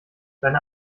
seine